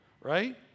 right